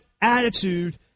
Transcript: attitude